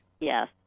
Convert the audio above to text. Yes